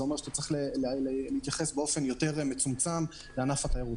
זה אומר שאתה צריך להתייחס באופן יותר מצומצם לענף התיירות.